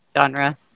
genre